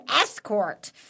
escort